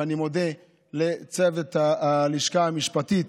ואני מודה לצוות הלשכה המשפטית,